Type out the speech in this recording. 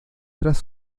tras